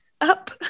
up